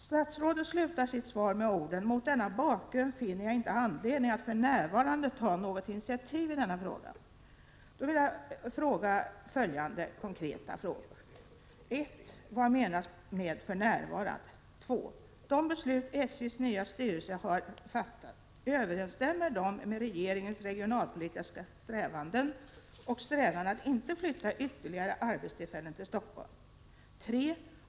Statsrådet slutar sitt svar med orden: ”Mot denna bakgrund finner jag inte] anledning att för närvarande ta något initiativ i denna fråga.” 2. Överensstämmer de beslut SJ:s nya styrelse har fattat med regeringens] regionalpolitiska strävanden och strävan att inte flytta ytterligare arbets+ tillfällen till Stockholm? 3.